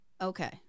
Okay